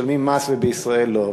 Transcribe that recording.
משלמים מס ובישראל לא?